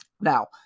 Now